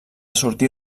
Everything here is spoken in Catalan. sortir